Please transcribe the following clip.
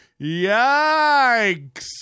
Yikes